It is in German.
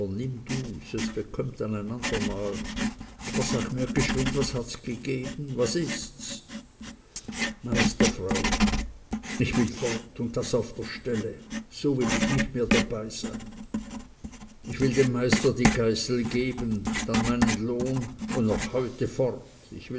nimm dus es bekömmt dann ein andermal aber sag mir geschwind was hats gegeben was ists meisterfrau ich will fort und das auf der stelle so will ich nicht mehr dabeisein ich will dem meister die geißel geben dann meinen lohn und noch heute fort